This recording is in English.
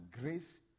grace